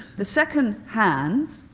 the second, hands,